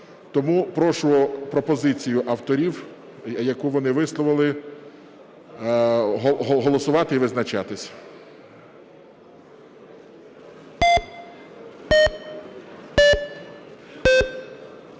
Тому прошу пропозицію авторів, яку вони висловили, голосувати і визначатись.